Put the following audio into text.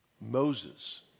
Moses